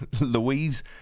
Louise